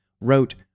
wrote